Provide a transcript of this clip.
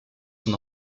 son